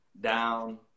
Down